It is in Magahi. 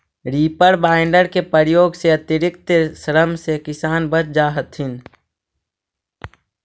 रीपर बाइन्डर के प्रयोग से अतिरिक्त श्रम से किसान बच जा हथिन